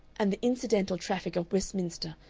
and the incidental traffic of westminster,